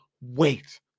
wait